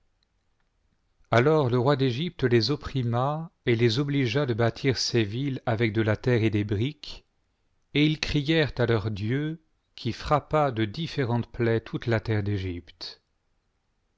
alors le roi d'egypte les opprima et les obligea de bâtir ses villes avec de la terre et des briques et ils crièrent à leur dieu qui frappa de différentes plaies toute la terre d'egypte